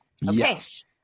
Yes